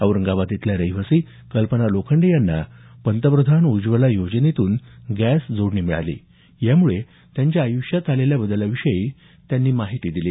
औरंगाबाद इथल्या रहिवासी कल्पना लोखंडे यांना पंतप्रधान उज्ज्वला योजनेतून गॅस जोडणी मिळाली यामुळे त्यांच्या आयुष्यात आलेल्या बदला विषयी त्यांनी माहिती दिली